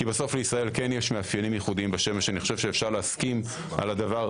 בסוף לישראל כן יש מאפיינים ייחודיים בשמש אפשר להסכים על זה,